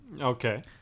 Okay